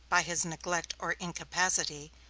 by his neglect or incapacity,